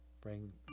bring